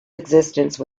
existence